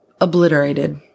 obliterated